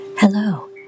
Hello